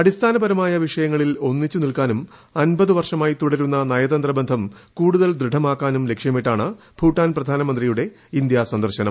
അടിസ്ഥാനപരമായ വിഷയങ്ങളിൽ ഒന്നിച്ചു നിൽക്കാനും അൻപത് വർഷമായി തുടരുന്ന നയതന്ത്ര ബന്ധം കൂടുതൽ ദൃഡമാക്കാനും ലക്ഷ്യമിട്ടാണ് ഭൂട്ടാൻ പ്രധാനമന്ത്രിയുടെ ഇന്ത്യാ സന്ദർശനം